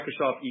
Microsoft